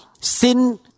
Sin